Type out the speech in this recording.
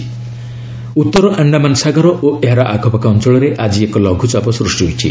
ଲୋ pressure ଉତ୍ତର ଆଶ୍ଡାମାନ ସାଗର ଓ ଏହାର ଆଖପାଖ ଅଞ୍ଚଳରେ ଆଜି ଏକ ଲଘୁଚାପ ସୃଷ୍ଟି ହୋଇଛି